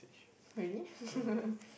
really